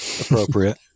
Appropriate